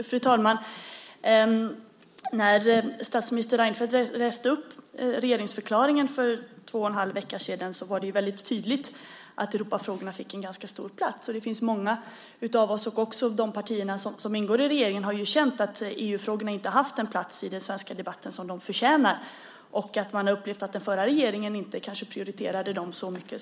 Fru talman! När statsminister Reinfeldt läste upp regeringsförklaringen för två och en halv vecka sedan var det väldigt tydligt att Europafrågorna fick en ganska stor plats. Det är många av oss, också i de partier som ingår i regeringen, som har känt att EU-frågorna inte har haft den plats i den svenska debatten som de förtjänar. Man har också upplevt att den förra regeringen kanske inte prioriterade dem så mycket.